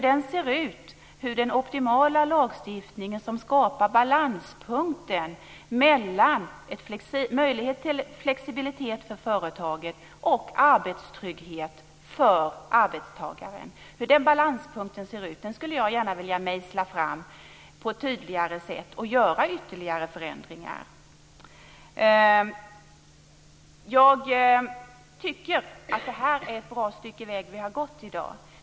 Den optimala lagstiftningen som skapar balanspunkten mellan möjlighet till flexibilitet för företaget och arbetstrygghet för arbetstagaren skulle jag gärna vilja mejsla fram på ett tydligare sätt, och jag skulle gärna vilja göra ytterligare förändringar. Jag tycker att det är ett bra stycke väg vi har gått i dag.